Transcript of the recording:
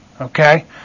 Okay